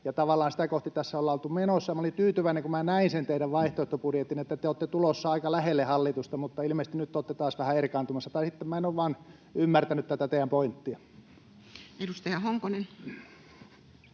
ja tavallaan sitä kohti tässä ollaan oltu menossa. Minä olin tyytyväinen, kun näin teidän vaihtoehtobudjettinne, että te olette tulossa aika lähelle hallitusta, mutta ilmeisesti nyt te olette taas vähän erkaantumassa, tai sitten minä en ole vain ymmärtänyt tätä teidän pointtia. [Speech